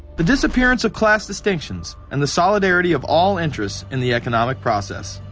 the disappearance of class distinctions. and the solidarity of all interests in the economic process.